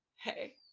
hey